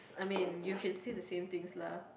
I mean you can say the same things lah